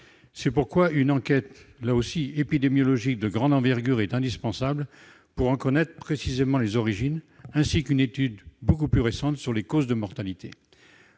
C'est pourquoi une enquête épidémiologique de grande envergure est indispensable pour en connaître précisément les origines, ainsi qu'une étude beaucoup plus récente sur les causes de mortalité.